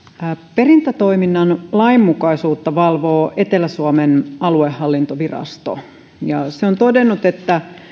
perintätoiminnan lainmukaisuutta valvoo etelä suomen aluehallintovirasto se on todennut että